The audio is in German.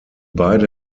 beide